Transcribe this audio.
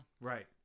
Right